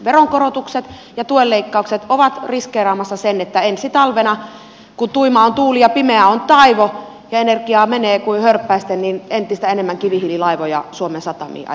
veronkorotukset ja tuen leikkaukset ovat riskeeraamassa kotimaisen energian niin että ensi talvena kun tuima on tuuli ja pimeä on taivo ja energiaa menee kuin hörppäisten entistä enemmän kivihiililaivoja suomen satamiin ajaa